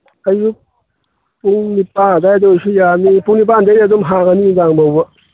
ꯑꯌꯨꯛ ꯄꯨꯡ ꯅꯤꯄꯥꯟ ꯑꯗ꯭ꯋꯥꯏꯗꯩꯁꯨ ꯌꯥꯅꯤ ꯄꯨꯡ ꯅꯤꯄꯥꯟꯗꯩ ꯑꯗꯨꯝ ꯍꯥꯡꯉꯅꯤ ꯅꯨꯡꯗꯥꯡꯐꯥꯎꯕ